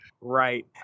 Right